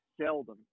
seldom